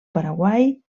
paraguai